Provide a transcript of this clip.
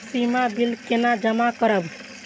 सीमा bill केना जमा करब?